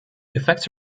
effects